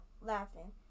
laughing